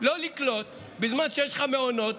ולא לקלוט, בזמן שיש לך מעונות